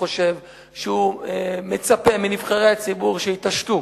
חושב שהוא מצפה מנבחרי הציבור שיתעשתו